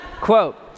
Quote